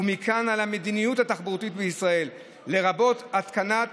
ומכאן, על המדיניות התחבורתית בישראל, לרבות התקנת